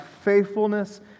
faithfulness